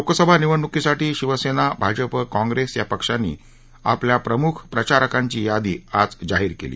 लोकसभा निवडणुकीसाठी शिवसेना भाजप काँप्रेस या पक्षांनी आपल्या प्रमुख प्रचारकांची यादी आज जाहीर केली